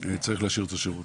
צריך להשאיר את השירות.